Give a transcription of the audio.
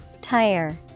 Tire